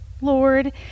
Lord